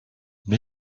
mes